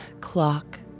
clock